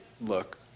look